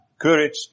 courage